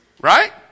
Right